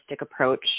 approach